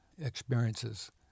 experiences